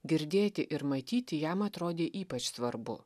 girdėti ir matyti jam atrodė ypač svarbu